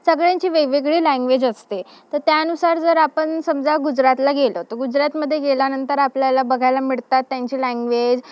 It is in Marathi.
सगळ्यांची वेगवेगळी लँग्वेज असते तर त्यानुसार जर आपण समजा गुजरातला गेलो तर गुजरातमध्ये गेल्यानंतर आपल्याला बघायला मिळतात त्यांची लँग्वेज